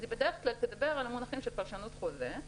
היא בדרך כלל תדבר על מונחים של פרשנות חוזה,